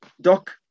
Doc